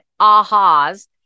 ahas